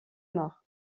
mort